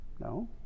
No